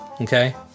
Okay